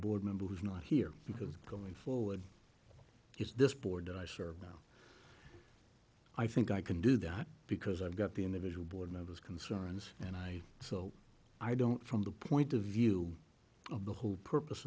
board member who's not here because going forward is this board that i serve now i think i can do that because i've got the individual board of those concerns and i so i don't from the point of view of the whole purpose